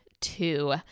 two